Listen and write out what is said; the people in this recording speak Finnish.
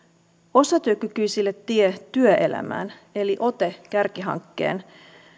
osatyökykyisille tie työelämään eli ote kärkihankkeen